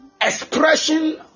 expression